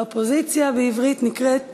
והאופוזיציה בעברית נקראת נֶגְדָּה,